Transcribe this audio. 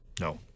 No